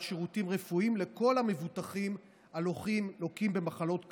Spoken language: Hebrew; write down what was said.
שירותים רפואיים לכל המבוטחים הלוקים במחלות קשות,